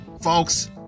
folks